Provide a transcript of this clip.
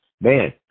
man